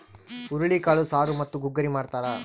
ಹುರುಳಿಕಾಳು ಸಾರು ಮತ್ತು ಗುಗ್ಗರಿ ಮಾಡ್ತಾರ